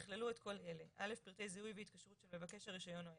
יכללו את כל אלה: פרטי זיהוי והתקשרות של מבקש הרישיון או ההיתר,